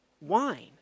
wine